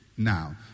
now